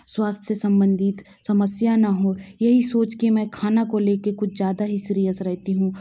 स्वास्थय सम्बंधित समस्या ना हो यही सोच के मैं खाना को लेके कुछ ज़्यादा ही सीरियस रहती हूँ